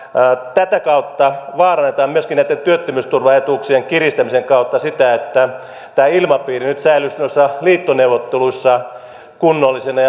tätä kautta vaarannetaan myöskin näitten työttömyysturvaetuuksien kiristämisen kautta sitä että tämä ilmapiiri nyt säilyisi noissa liittoneuvotteluissa kunnollisena